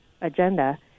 agenda